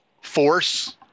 force